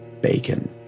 bacon